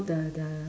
the the